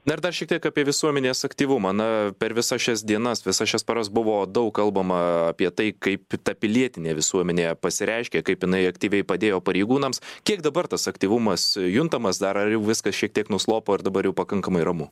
na ir dar šitiek apie visuomenės aktyvumą na per visas šias dienas visas šias paras buvo daug kalbama apie tai kaip ta pilietinė visuomenėje pasireiškia kaip jinai aktyviai padėjo pareigūnams kiek dabar tas aktyvumas juntamas dar ar viskas šiek tiek nuslopo ir dabar pakankamai ramu